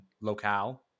locale